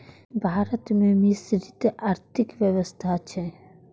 भारत मे मिश्रित आर्थिक व्यवस्था छै